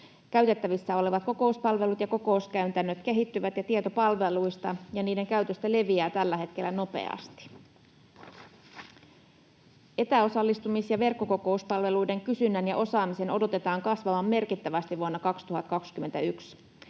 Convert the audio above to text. Käytettävissä olevat kokouspalvelut ja kokouskäytännöt kehittyvät ja tieto palveluista ja niiden käytöstä leviää tällä hetkellä nopeasti. Etäosallistumis- ja verkkokokouspalveluiden kysynnän ja osaamisen odotetaan kasvavan merkittävästi vuonna 2021.